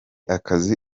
akazi